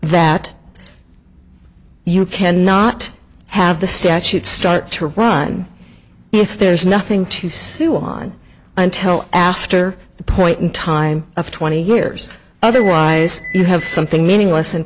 that you cannot have the statute start to run if there's nothing to sue on until after the point in time of twenty years otherwise you have something meaningless and